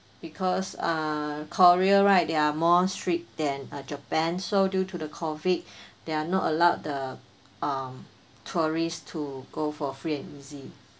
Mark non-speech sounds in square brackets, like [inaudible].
because uh korea right they are more strict than uh japan so due to the COVID [breath] they are not allowed the um tourists to go for free and easy